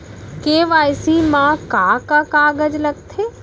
KYC मा का का कागज लगथे?